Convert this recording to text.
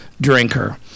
drinker